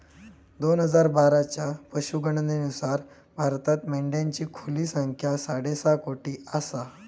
दोन हजार बाराच्या पशुगणनेनुसार भारतात मेंढ्यांची खुली संख्या साडेसहा कोटी आसा